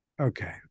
Okay